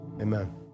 amen